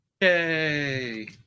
Yay